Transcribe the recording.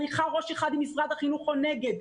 הליכה ראש אחד עם משרד החינוך או נגד,